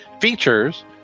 features